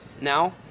now